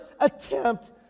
attempt